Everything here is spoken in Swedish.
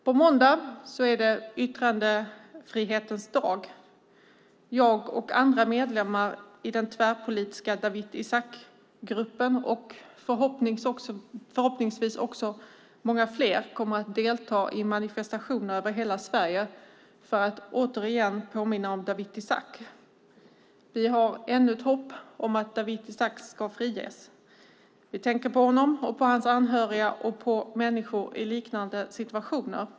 På måndag är det yttrandefrihetens dag. Jag och andra medlemmar i den tvärpolitiska Dawit Isaak-gruppen och förhoppningsvis många fler kommer att delta i manifestationer över hela Sverige för att återigen påminna om Dawit Isaak. Vi har ännu ett hopp om att Dawit Isaak ska friges. Vi tänker på honom och på hans anhöriga och på människor i liknande situationer.